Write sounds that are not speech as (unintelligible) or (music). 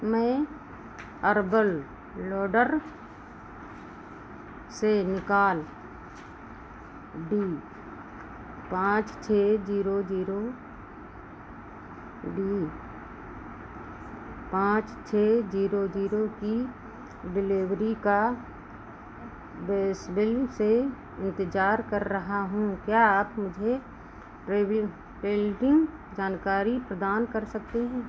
मैं Urban Ladder से निकाल डी पाँच छह ज़ीरो ज़ीरो डी पाँच छह ज़ीरो ज़ीरो की डिलिवरी का बेसब्री से इन्तज़ार कर रहा हूँ क्या आप मुझे (unintelligible) जानकारी प्रदान कर सकते हैं